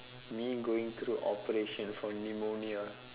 me going through operation for pneumonia